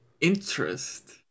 Interest